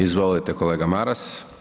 Izvolite kolega Maras.